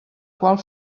qual